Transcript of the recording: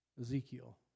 Ezekiel